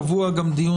קבוע גם דיון